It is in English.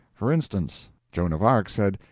for instance joan of arc said,